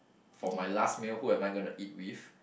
for my last meal who am I gonna eat with